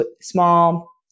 small